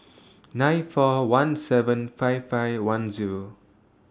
nine four one seven five five one Zero